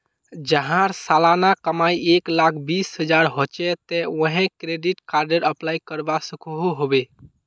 जहार सालाना कमाई एक लाख बीस हजार होचे ते वाहें क्रेडिट कार्डेर अप्लाई करवा सकोहो होबे?